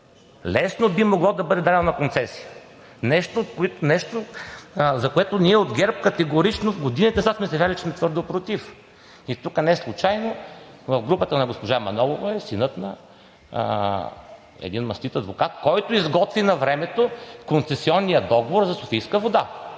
Лесно би могло да бъде дадено на концесия! Нещо, за което ние от ГЕРБ категорично в годините назад сме твърдели, че сме твърдо против. И тук неслучайно в групата на госпожа Манолова е синът на един мастит адвокат, който изготви навремето концесионния договор за „Софийска вода“.